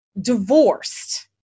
Divorced